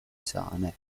sane